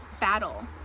battle